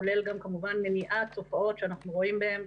שכולל גם מניעת תופעות שאנחנו רואים בהן,